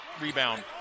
Rebound